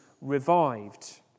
revived